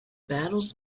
battles